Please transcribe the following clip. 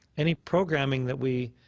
any programming that we